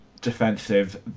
defensive